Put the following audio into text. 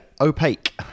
opaque